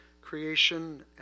creation